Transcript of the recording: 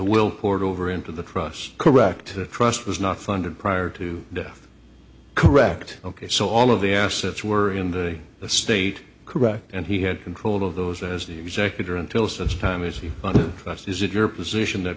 will order over into the cross correct trust was not funded prior to death correct ok so all of the assets were in the state correct and he had control of those as the executor until such time as he is it your position that